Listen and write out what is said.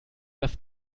das